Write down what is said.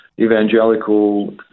evangelical